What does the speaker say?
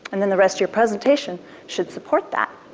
and in the rest of your presentation should support that.